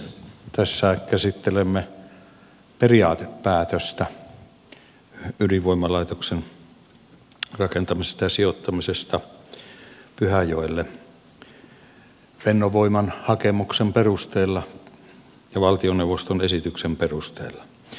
tässä käsittelemme periaatepäätöstä ydinvoimalaitoksen rakentamisesta ja sijoittamisesta pyhäjoelle fennovoiman hakemuksen perusteella ja valtioneuvoston esityksen perusteella